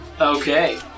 Okay